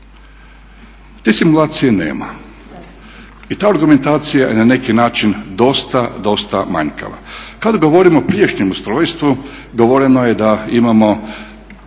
Te simulacije nema i ta argumentacija je na neki način dosta, dosta manjkava. Kada govorimo o prijašnjem ustrojstvu govoreno je da imamo